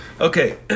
Okay